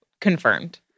Confirmed